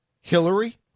Hillary